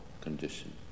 condition